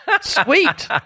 sweet